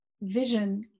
vision